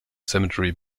cemetery